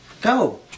go